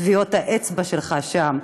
טביעות האצבע שלך שם.